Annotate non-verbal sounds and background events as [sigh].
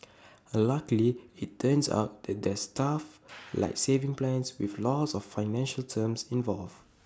[noise] luckily IT turns out that there's stuff [noise] like savings plans with lots of financial terms involved